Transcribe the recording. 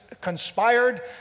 conspired